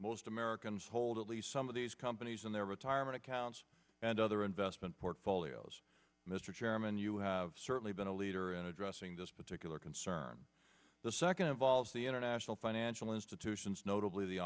most americans hold at least some of these companies and their retirement accounts and other investment portfolios mr chairman you have certainly been a leader in addressing this particular concern the second involves the international financial institutions notably the